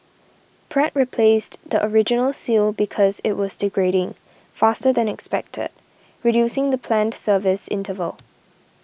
pratt replaced the original seal because it was degrading faster than expected reducing the planned service interval